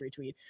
retweet